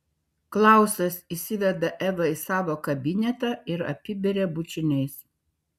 klausas įsiveda evą į savo kabinetą ir apiberia bučiniais